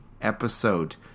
episode